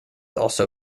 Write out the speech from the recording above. also